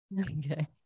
Okay